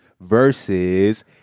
versus